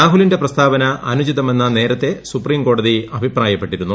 രാഹുലിന്റ പ്രസ്താവന അനുചിതമെന്ന് ്നേർത്ത സുപ്രീംകോടതി അഭിപ്രായപ്പെട്ടിരുന്നു